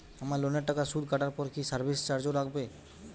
আমার লোনের টাকার সুদ কাটারপর কি সার্ভিস চার্জও কাটবে?